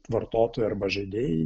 vartotojai arba žaidėjai